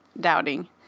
doubting